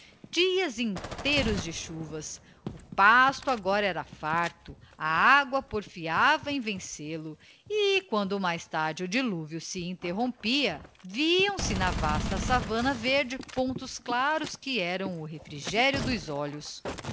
dias inteiros de chuvas o pasto agora era farto a agua porfiava em vencel o e quando mais tarde o diluvio se interrompia viam-se na vasta savana verde pontos claros que eram o refrigério dos olhos